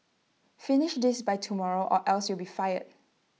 finish this by tomorrow or else you'll be fired